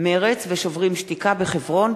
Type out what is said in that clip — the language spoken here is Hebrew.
מרצ ו"שוברים שתיקה" בחברון,